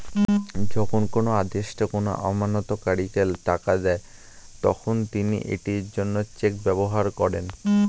যখন কোনো আদেষ্টা কোনো আমানতকারীকে টাকা দেন, তখন তিনি এটির জন্য চেক ব্যবহার করেন